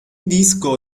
disco